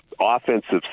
offensive